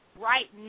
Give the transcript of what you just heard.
right